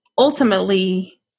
ultimately